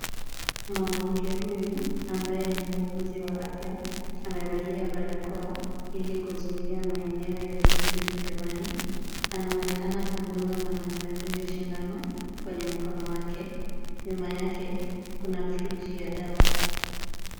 Mwanamke huyu ambaye ni muuguzi wa afya amevalia barakoa ili kuzuia maeneo ya vijidudu hewani. Anaonekana kumdunga mwanaume huyu sindano kwenye mkono wake. Nyuma yake kuna friji ya dawa.